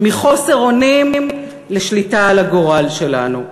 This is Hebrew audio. מחוסר אונים לשליטה על הגורל שלנו.